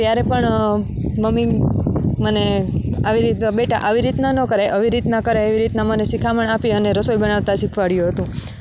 ત્યારે પણ મમ્મી મને આવી રીતે બેટા આવી રીતના ન કરાય આવી રીતના કરાય એવી રીતના મને શીખામણ આપી અને રસોઈ બનાવતા શીખવાળ્યું હતું